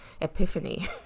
epiphany